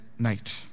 Night